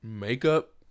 Makeup